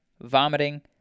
vomiting